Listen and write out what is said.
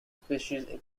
species